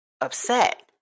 upset